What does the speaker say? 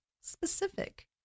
specific